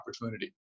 opportunity